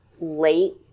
late